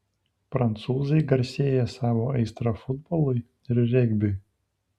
prancūzai garsėja savo aistra futbolui ir regbiui